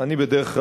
בדרך כלל,